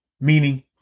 meaning